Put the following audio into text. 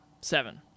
Seven